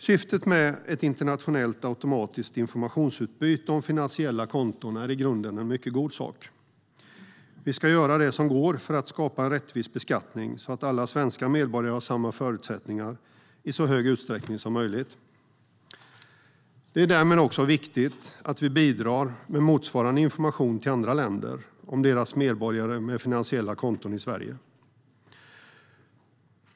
Syftet med ett internationellt automatiskt informationsutbyte om finansiella konton är i grunden en mycket god sak. Vi ska göra det som går för att skapa en rättvis beskattning så att alla svenska medborgare har samma förutsättningar i så hög utsträckning som möjligt. Det är därmed också viktigt att vi bidrar med motsvarande information till andra länder om deras medborgare med finansiella konton i Sverige.